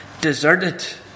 deserted